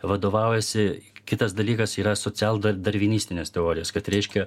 vadovaujasi kitas dalykas yra social dar darvinistinės teorijos kad reiškia